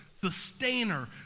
sustainer